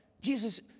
Jesus